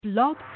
Blog